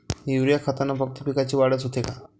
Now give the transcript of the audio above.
Urea खतानं फक्त पिकाची वाढच होते का?